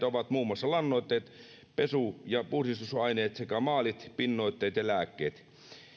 ovat muun muassa lannoitteet pesu ja puhdistusaineet sekä maalit pinnoitteet ja lääkkeet